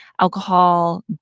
Alcohol